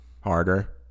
harder